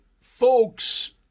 folks